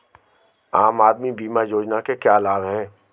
आम आदमी बीमा योजना के क्या लाभ हैं?